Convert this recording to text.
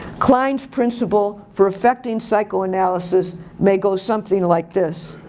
klein's principle for affecting psychoanalysis may go something like this.